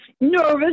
nervous